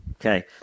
Okay